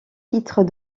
titres